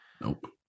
Nope